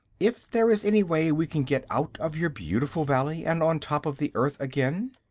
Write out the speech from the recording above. if there is any way we can get out of your beautiful valley, and on top of the earth again.